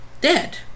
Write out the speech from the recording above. dead